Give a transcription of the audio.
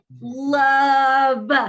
love